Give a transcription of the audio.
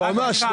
יועמ"ש,